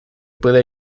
puede